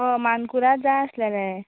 हय मानकुराद जाय आसलेले